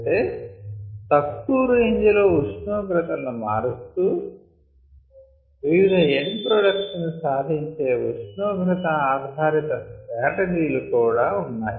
అయితే తక్కువ రేంజ్ లో ఉష్ణోగ్రత లను మారుస్తూ వివిధ ఎండ్ ప్రోడక్ట్స్ ని సాధించే ఉష్ణోగ్రత ఆధారిత స్ట్రాటజీ లు కదా ఉన్నాయి